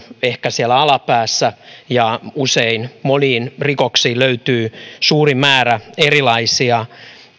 ehkä siellä asteikon alapäässä usein moniin rikoksiin löytyy suuri määrä erilaisia